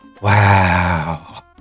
wow